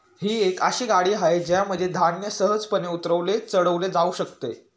ही एक अशी गाडी आहे ज्यामध्ये धान्य सहजपणे उतरवले चढवले जाऊ शकते